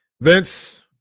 Vince